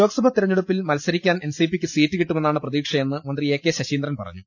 ലോക് സഭാ തെരഞ്ഞെടുപ്പിൽ മത്സരിക്കാൻ എൻ സി പിയ്ക്ക് സീറ്റ് കിട്ടുമെന്നാണ് പ്രതീക്ഷയെന്ന് മന്ത്രി എ കെ ശശീന്ദ്രൻ പറഞ്ഞു